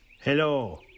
Hello